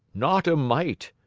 not a mite.